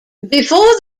before